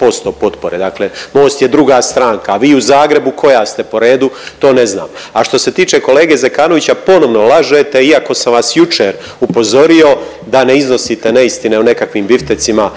40% potpore. Dakle, Most je druga stranka, a vi u Zagrebu koja ste po redu to ne znam. A što se tiče kolege Zekanovića ponovno lažete, iako sam vas jučer upozorio da ne iznosite neistine o nekakvim biftecima